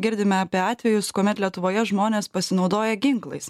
girdime apie atvejus kuomet lietuvoje žmonės pasinaudoja ginklais